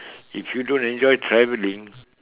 if you don't enjoy traveling